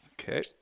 Okay